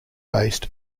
based